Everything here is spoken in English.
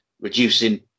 reducing